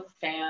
fan